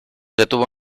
detuvo